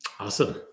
Awesome